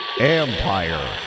Empire